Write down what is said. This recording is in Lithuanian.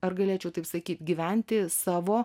ar galėčiau taip sakyt gyventi savo